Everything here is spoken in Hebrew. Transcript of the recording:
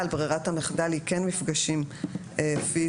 ברירת המחדל היא כן מפגשים פיזיים,